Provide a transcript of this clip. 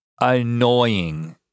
annoying